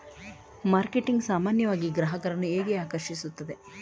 Marketing ಸಾಮಾನ್ಯವಾಗಿ ಗ್ರಾಹಕರನ್ನು ಹೇಗೆ ಆಕರ್ಷಿಸುತ್ತದೆ?